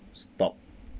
stop